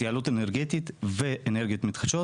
התייעלות אנרגטית ואנרגיות מתחדשות